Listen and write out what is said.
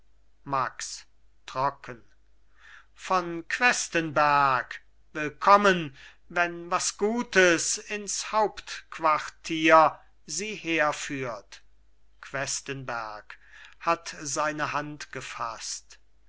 max trocken von questenberg willkommen wenn was gutes ins hauptquartier sie herführt questenberg hat seine hand gefaßt